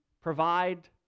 provide